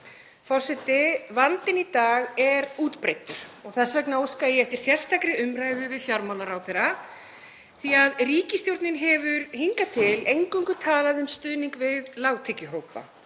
Forseti. Vandinn í dag er útbreiddur og þess vegna óskaði ég eftir sérstakri umræðu við fjármálaráðherra, því að ríkisstjórnin hefur hingað til eingöngu talað um stuðning við lágtekjuhópa.